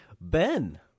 Ben